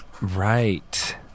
Right